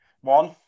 One